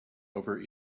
over